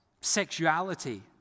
sexuality